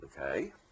okay